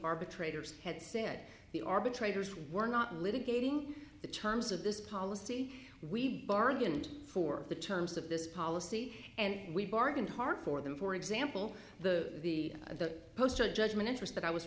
arbitrators had said the arbitrator's were not litigating the terms of this policy we bargained for the terms of this policy and we bargained hard for them for example the the the poster judgment interest that i was